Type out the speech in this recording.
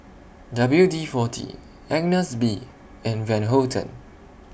W D forty Agnes B and Van Houten